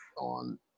on